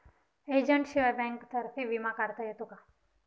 एजंटशिवाय बँकेतर्फे विमा काढता येतो का?